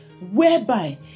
whereby